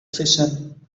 fission